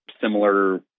similar